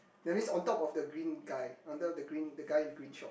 that means on top of the green guy under the green the guy in green shorts